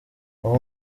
abo